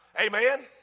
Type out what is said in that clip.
Amen